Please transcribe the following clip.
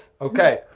Okay